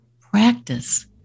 practice